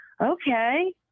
Okay